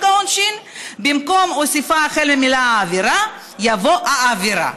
העונשין'; (4) במקום הסיפה החל במילה "העבירה," יבוא 'העבירה,